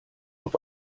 auf